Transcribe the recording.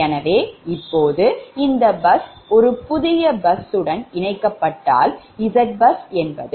எனவே இப்போது இந்த பஸ் ஒரு புதிய பஸ் உடன் இணைக்கப்பட்டால் Zbus 0